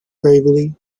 gravely